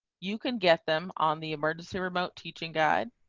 you can get them. on the emergency remote teaching guide,